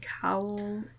cowl